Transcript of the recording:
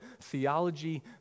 theology